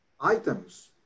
items